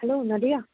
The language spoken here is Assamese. হেল্ল' নাদিৰা